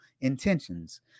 intentions